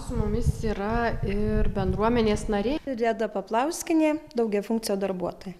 su mumis yra ir bendruomenės narė reda paplauskienė daugiafunkcio darbuotoja